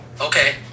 Okay